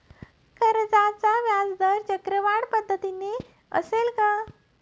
कर्जाचा व्याजदर चक्रवाढ पद्धतीने असेल का?